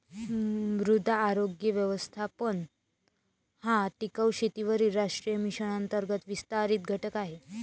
मृदा आरोग्य व्यवस्थापन हा टिकाऊ शेतीवरील राष्ट्रीय मिशन अंतर्गत विस्तारित घटक आहे